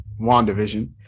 WandaVision